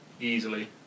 easily